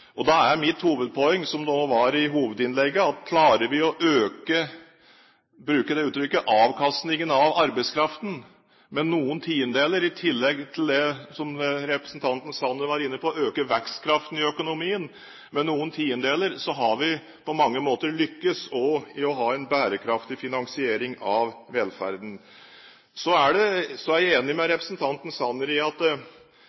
lærdom. Da er mitt hovedpoeng, som det også var i hovedinnlegget, at klarer vi å øke – jeg vil bruke det uttrykket – avkastningen av arbeidskraften med noen tiendedeler i tillegg til det som representanten Sanner var inne på, øke vekstkraften i økonomien med noen tiendedeler, har vi på mange måter lyktes også i å ha en bærekraftig finansiering av velferden. Så er jeg enig med